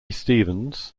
stephens